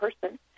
person